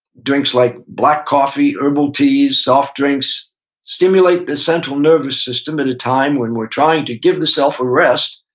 drinks like black coffee, herbal teas, soft drinks stimulate the central nervous system at a time when we're trying to give the self a rest,